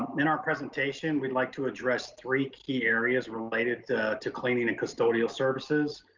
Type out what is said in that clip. in our presentation. we'd like to address three key areas related to cleaning and custodial services.